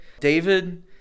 David